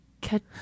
Catch